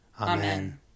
Amen